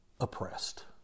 oppressed